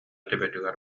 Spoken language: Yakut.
төбөтүгэр